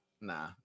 nah